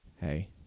hey